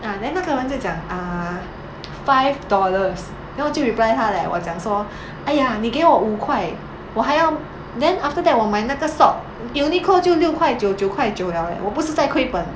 ah then 那个人就讲 uh five dollars then 我就 reply 他 leh 我讲说 !aiya! 你给我五块我还要 then after that 我买那个 sock Uniqlo 就六块九九块九 liao leh 我不是在亏本